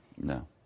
No